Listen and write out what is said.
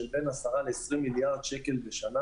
שבין 10 ל-20 מיליארד שקל בשנה,